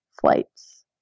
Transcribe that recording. flights